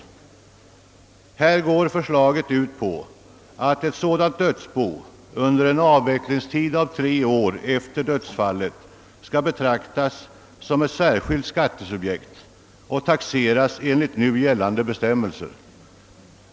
Förslaget går i detta hänseende ut på att ett sådant dödsbo under en avvecklingstid av tre år efter dödsfallet skall betraktas som ett särskilt skattesubjekt och taxeras enligt nu gällande bestämmelser.